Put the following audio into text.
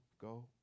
Go